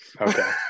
Okay